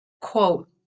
quote